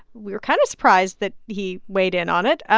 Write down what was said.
we were kind of surprised that he weighed in on it.